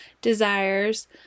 desires